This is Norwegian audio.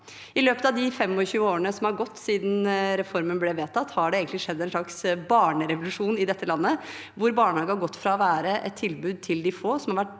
I løpet av de 25 årene som har gått siden reformen ble vedtatt, har det skjedd en slags barnerevolusjon i dette landet, hvor barnehage har gått fra å være et tilbud til de få,